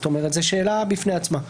זו שאלה בפני עצמה.